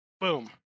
Boom